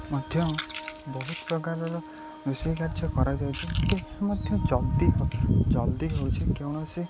ମଧ୍ୟ ବହୁତ ପ୍ରକାରର ରୋଷେଇ କାର୍ଯ୍ୟ କରାଯାଉଛି ମଧ୍ୟ ଜଲ୍ଦି ଜଲ୍ଦି ହେଉଛି କୌଣସି